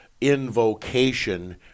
invocation